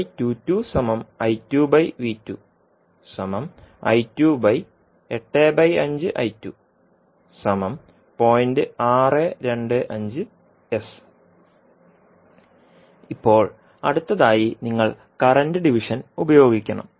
ഇപ്പോൾ ഇപ്പോൾ അടുത്തതായി നിങ്ങൾ കറന്റ് ഡിവിഷൻ ഉപയോഗിക്കണം